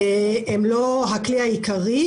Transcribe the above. הם לא הכלי העיקרי,